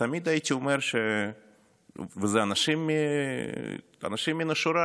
ואלה אנשים מן השורה,